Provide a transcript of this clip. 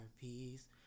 peace